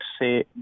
say